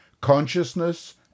consciousness